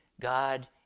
God